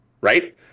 right